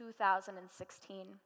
2016